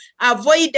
Avoid